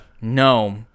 no